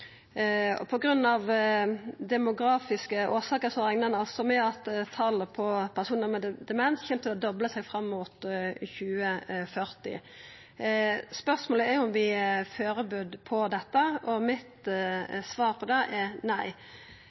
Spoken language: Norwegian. demografiske årsaker reknar ein med at talet på personar med demens kjem til å dobla seg fram mot 2040. Spørsmålet er om vi er førebudde på dette. Svaret mitt på det er nei.